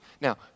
Now